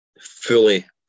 fully